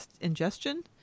ingestion